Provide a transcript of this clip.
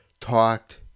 talked